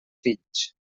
fills